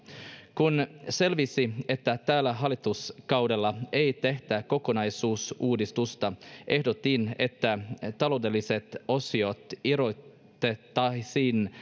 kun selvisi että tällä hallituskaudella ei tehdä kokonaisuudistusta ehdotin että taloudelliset osiot erotettaisiin